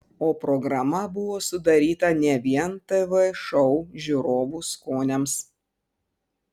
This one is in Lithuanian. o programa buvo sudaryta ne vien tv šou žiūrovų skoniams